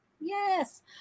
Yes